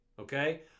okay